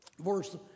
verse